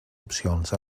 opcions